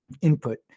input